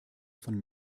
von